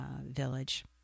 village